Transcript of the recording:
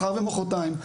מחר ומוחרתיים,